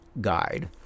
guide